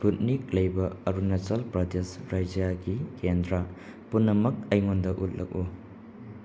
ꯏꯁꯄꯨꯠꯅꯤꯛ ꯂꯩꯕ ꯑꯔꯨꯅꯥꯆꯜ ꯄ꯭ꯔꯗꯦꯁ ꯔꯥꯏꯖ꯭ꯌꯥꯒꯤ ꯀꯦꯟꯗ꯭ꯔꯥ ꯄꯨꯝꯅꯃꯛ ꯑꯩꯉꯣꯟꯗ ꯎꯠꯂꯛꯎ